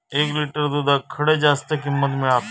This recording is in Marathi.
एक लिटर दूधाक खडे जास्त किंमत मिळात?